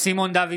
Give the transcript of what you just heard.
סימון דוידסון,